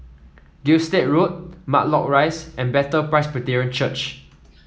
Gilstead Road Matlock Rise and Bethel Presbyterian Church